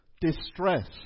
distress